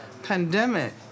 pandemic